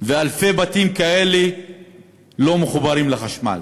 ואלפי בתים כאלה לא מחוברים לחשמל.